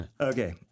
Okay